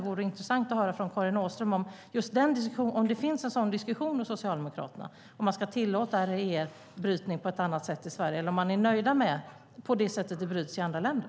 Det vore intressant att höra från Karin Åström om det finns en sådan diskussion hos Socialdemokraterna. Ska man tillåta REE-brytning i Sverige på något annat sätt, eller är man nöjd med det sätt på vilket det görs i andra länder?